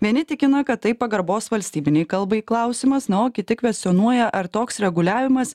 vieni tikina kad tai pagarbos valstybinei kalbai klausimas na o kiti kvestionuoja ar toks reguliavimas